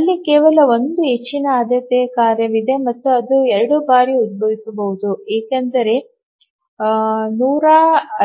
ಅಲ್ಲಿ ಕೇವಲ 1 ಹೆಚ್ಚಿನ ಆದ್ಯತೆಯ ಕಾರ್ಯವಿದೆ ಮತ್ತು ಅದು 2 ಬಾರಿ ಉದ್ಭವಿಸಬಹುದು ಏಕೆಂದರೆ